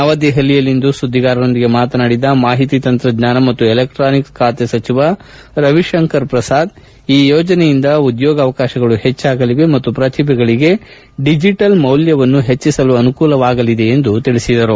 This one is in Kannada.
ನವದೆಪಲಿಯಲ್ಲಿಂದು ಸುದ್ವಿಗಾರರೊಂದಿಗೆ ಮಾತನಾಡಿದ ಮಾಹಿತಿ ತಂತ್ರಜ್ಞಾನ ಮತ್ತು ಎಲೆಕ್ಟಾನಿಕ್ಸ್ ಖಾತೆ ಸಚಿವ ರವಿಶಂಕರ್ ಪ್ರಸಾದ್ ಈ ಯೋಜನೆಯಿಂದ ಉದ್ಯೋಗಾವಕಾಶಗಳು ಹೆಚ್ಚಾಗಲಿವೆ ಮತ್ತು ಪ್ರತಿಭೆಗಳಿಗೆ ಡಿಜೆಟಲ್ ಮೌಲ್ಕವನ್ನು ಹೆಚ್ಚಿಸಲು ಅನುಕೂಲವಾಗಲಿದೆ ಎಂದು ತಿಳಿಸಿದರು